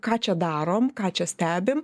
ką čia darom ką čia stebim